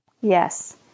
Yes